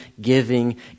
giving